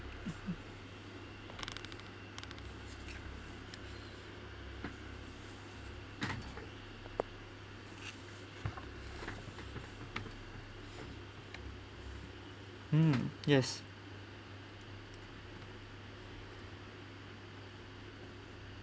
mm yes